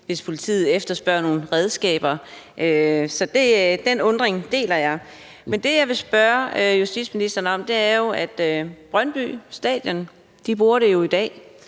når politiet nu efterspørger de redskaber. Så den undren deler jeg. Men jeg vil spørge justitsministeren om noget. Brøndby Stadion bruger det i dag,